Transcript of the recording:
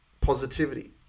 Positivity